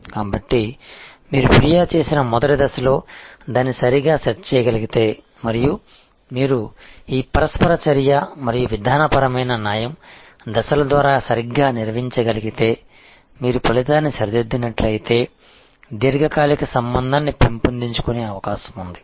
కాబట్టి మీరు ఫిర్యాదు చేసిన మొదటి దశలో దాన్ని సరిగ్గా సెట్ చేయగలిగితే మరియు మీరు ఈ పరస్పర చర్య మరియు విధానపరమైన న్యాయం దశల ద్వారా సరిగ్గా నిర్వహించగలిగితే మీరు ఫలితాన్ని సరిదిద్దినట్లయితే దీర్ఘకాలిక సంబంధాన్ని పెంపొందించుకునే అవకాశం ఉంది